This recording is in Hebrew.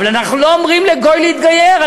אבל אנחנו לא אומרים לגוי להתגייר.